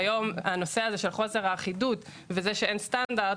הנושא היום של חוסר האחידות וזה שאין סטנדרט